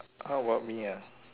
how about me ah